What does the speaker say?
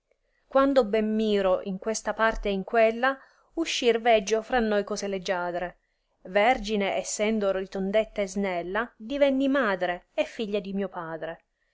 quando ben miro in questa parte e in quella uscir veggio fra noi cose leggiadre vergine essendo ritondetta e snella divenni madre e figlia di mio padre